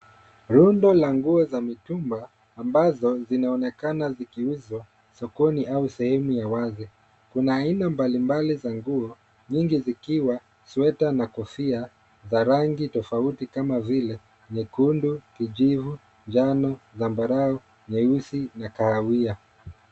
Rundo la nguo za mitumba ambazo zinaonekana zikiuzwa sokoni au sehemu ya wazi. Kuna aina mbalimbali za nguo nyingi zikiwa sweta na kofia za rangi tofauti kama vile nyekundu, kijivu, njano, zambarau, nyeusi na kahawia.